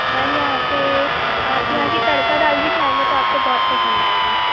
ma'am यहाँ पे आप यहाँ की तड़का दाल भी खायेंगे तो आपको बहुत पसंद आएगी